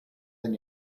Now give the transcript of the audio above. than